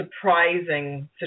surprising